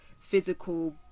physical